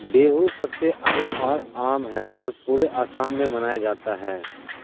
بیہو سب سے اہم اور عام ہے اور پورے آسام میں منایا جاتا ہے